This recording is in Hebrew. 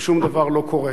ושום דבר לא קורה.